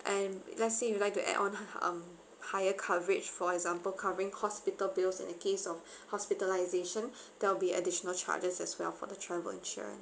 and let's say you like to add on um higher coverage for example covering hospital bills in the case of hospitalization there'll be additional charges as well for the travel insurance